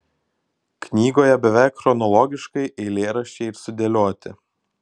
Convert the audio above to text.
knygoje beveik chronologiškai eilėraščiai ir sudėlioti